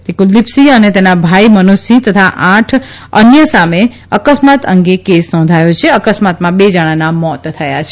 તે કુલદીપસિંહ અને તેના ભાઇ મનોજસિંહ તથા અન્ય આઠ સામે અકસ્માત અંગે કેસ નોંધાયો છે અકસ્માતમાં બે જણાંના મોત થયાં છે